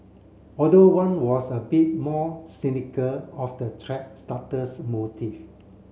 although one was a bit more cynical of the thread starter's motive